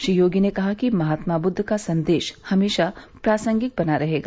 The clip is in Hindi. श्री योगी ने कहा कि महात्मा बुद्ध का संदेश हमेशा प्रासंगिक बना रहेगा